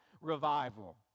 Revival